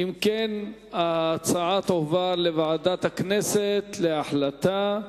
אם כן, ההצעה תועבר לוועדת הכנסת להחלטה.